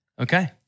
Okay